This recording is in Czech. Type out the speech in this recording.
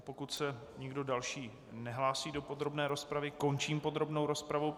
Pokud se nikdo další nehlásí do podrobné rozpravy, končím podrobnou rozpravu.